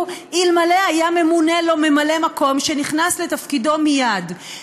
אלמלא היה ממונה לו ממלא מקום שנכנס לתפקידו מייד.